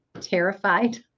terrified